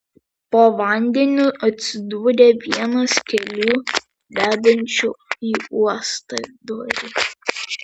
po vandeniu atsidūrė vienas kelių vedančių į uostadvarį